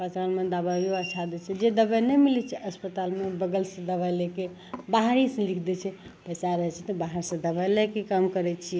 अस्पतालमे दवाइओ अच्छा दै छै जे दवाइ नहि मिलै छै अस्पतालमे बगलसे दवाइ लैके बाहरेसे लिखि दै छै पैसा रहै छै तऽ बाहरेसे दवाइ लैके काम करै छिए